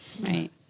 Right